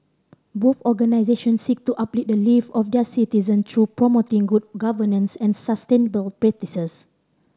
both organisations seek to uplift the live of their citizen through promoting good governance and sustainable practices